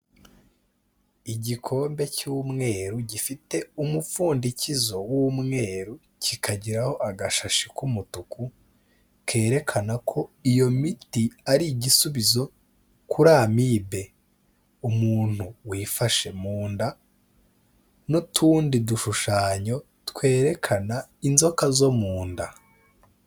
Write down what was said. Igikombe cy'umweru gifite umupfundikizo w'umweru, kikagiraho agashashi k'umutuku kerekana ko iyo miti ari igisubizo kuri amibe, umuntu wifashe mu nda n'utundi dushushanyo twerekana inzoka zo mu nda.